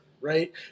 right